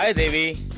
ah devi.